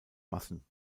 massen